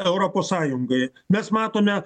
europos sąjungai mes matome